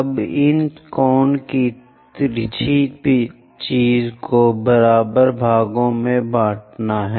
अब इस कोण की तिरछी चीज़ को बराबर भागों में बाँट लें